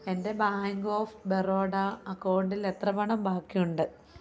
എന്റെ bank of Baroda അക്കൗണ്ടിൽ എത്ര പണം ബാക്കിയുണ്ട്